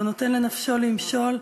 והוא נותן לנפשו למשול,